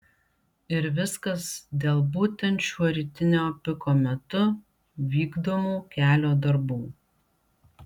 ir viskas dėl būtent šiuo rytinio piko metu vykdomų kelio darbų